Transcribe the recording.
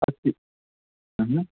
अस्ति